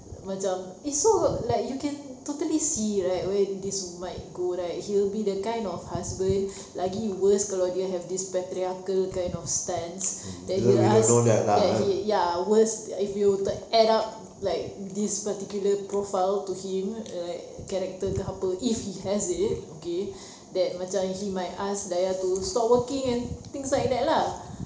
macam it's so like you can totally see right away this might go right he'll be the kind of husband lagi worse kalau dia have this patriarchal kind of stance that he'll ask that he ya worse if you the add up like this particular profile to him like character ke apa if he has it okay that macam he might ask dayah to stop working and things like that lah